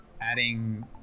adding